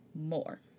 More